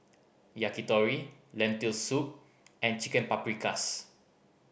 Yakitori Lentil Soup and Chicken Paprikas